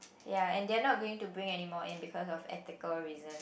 ya and they are not going to bring anymore in because of ethical reason